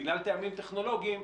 בגלל טעמים טכנולוגיים,